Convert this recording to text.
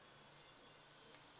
oh okay